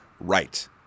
right